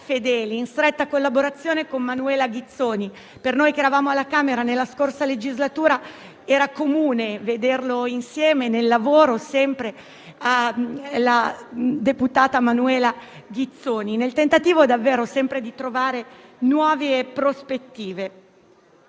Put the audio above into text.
Fedeli in stretta collaborazione con Manuela Ghizzoni. Per noi che eravamo alla Camera dei deputati nella scorsa legislatura era comune vederlo insieme al lavoro con la deputata Ghizzoni, nel tentativo di trovare nuove prospettive.